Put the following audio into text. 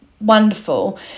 wonderful